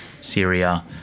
Syria